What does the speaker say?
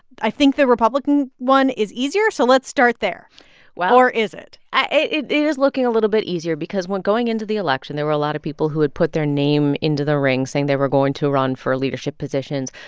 i think the republican one is easier, so let's start there well. or is it? it it is looking a little bit easier because when going into the election, there were a lot of people who had put their name into the ring, saying they were going to run for leadership positions.